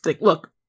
Look